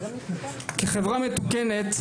כחברה מתוקנת,